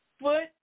foot